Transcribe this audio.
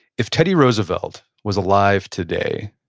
if teddy roosevelt was alive today,